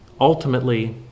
Ultimately